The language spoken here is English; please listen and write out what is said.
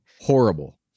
horrible